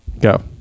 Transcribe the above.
go